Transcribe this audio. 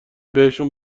بهشون